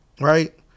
right